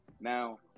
Now